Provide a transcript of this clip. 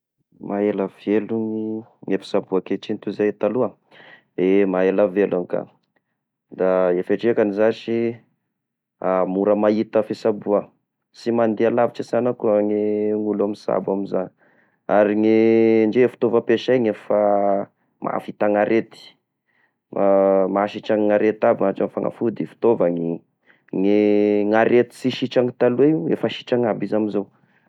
Mahaela velo ny fisaboa ankehitriny toy izay taloha, ye maha ela velogny ka, da ny fiatrekagny zashy mora mahita fisaboa, sy mandeha lavitra sana koa ny olo misabo amy izao ary ny indreo fitaova ampiasaigny efa mahavita ny arety, mahasitragny ny arety aby ny fagnafody, ny fitaovagny, n-ny arety sy sitragna taloha efa sitragna aby izy amy izao.